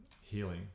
healing